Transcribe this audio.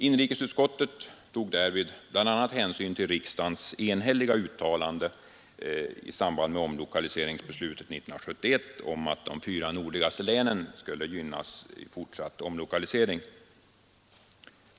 Inrikesutskottet tog därvid bl.a. hänsyn till riksdagens enhälliga uttalande vid omlokaliseringsbeslutet 1971 att de fyra nordligaste länen skulle gynnas vid en fortsatt omlokalisering av statlig verksamhet.